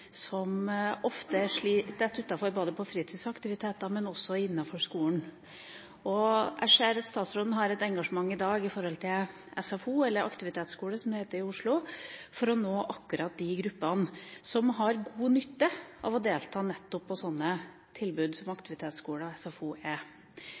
som ofte faller utenfor når det gjelder fritidsaktiviteter, men innenfor skolen. Jeg ser at statsråden har et engasjement i dag med tanke på SFO, eller aktivitetsskole, som det heter i Oslo, for å nå akkurat de gruppene som har god nytte av å delta på sånne tilbud som